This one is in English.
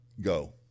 go